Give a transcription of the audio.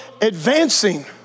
advancing